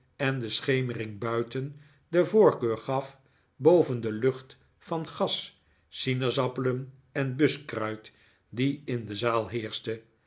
en de schemering buiten de voorkeur gaf boven de lucht van gas sinaasappelen en buskruit die in de zaal heerschte